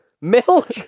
Milk